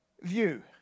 view